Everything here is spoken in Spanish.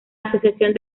asociación